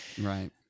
Right